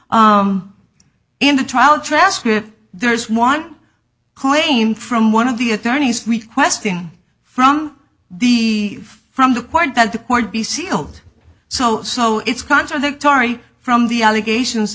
in the trial transcript there is one claim from one of the attorneys requesting from the from the point that the court be sealed so so it's contradictory from the allegations